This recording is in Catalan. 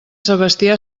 sebastià